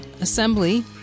Assembly